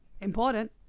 Important